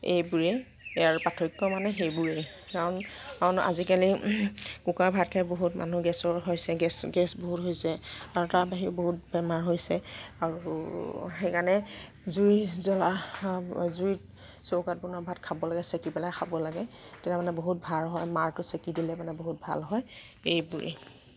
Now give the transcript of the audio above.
এইবোৰেই ইয়াৰ পাৰ্থক্য মানে সেইবোৰেই কাৰণ আজিকালি কুকাৰৰ ভাত খাই বহুত মানুহৰ গেছৰ হৈছে গেছ গেছ বহুত হৈছে আৰু তাৰ বাহিৰেও বহুত বেমাৰ হৈছে আৰু সেইকাৰণে জুই জ্বলা জুইত চৌকাত বনোৱা ভাত খাব লাগে চেকি পেলাই খাব লাগে তেতিয়া মানে বহুত ভাল হয় মাৰটো চেকি দিলে মানে বহুত ভাল হয় এইবোৰেই